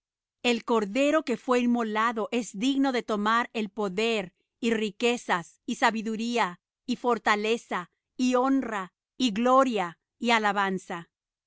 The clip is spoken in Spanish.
el cordero que fué inmolado es digno de tomar el poder y riquezas y sabiduría y fortaleza y honra y gloria y alabanza